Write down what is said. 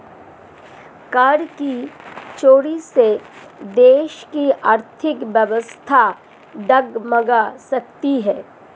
कर की चोरी से देश की आर्थिक व्यवस्था डगमगा सकती है